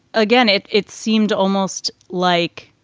again, it it seemed almost like,